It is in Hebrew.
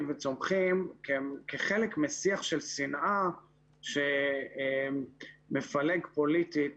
וצומחים כחלק משיח של שנאה שמפלג פוליטית